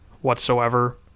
Whatsoever